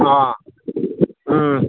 ꯑꯥ ꯎꯝ